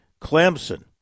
Clemson